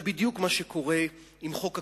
זה בדיוק מה שקורה עם חוק הקרקעות.